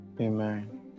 Amen